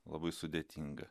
labai sudėtinga